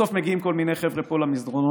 בסוף מגיעים כל מיני חבר'ה פה למסדרונות,